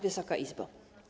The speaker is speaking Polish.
Wysoka Izbo!